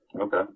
Okay